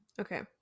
okay